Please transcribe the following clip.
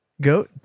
Go